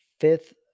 fifth